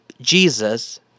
Jesus